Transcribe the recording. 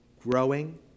growing